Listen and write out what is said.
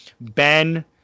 Ben